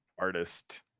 artist